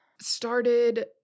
started –